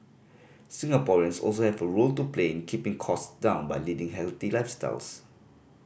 Singaporeans also have a role to play in keeping cost down by leading healthy lifestyles